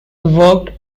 worked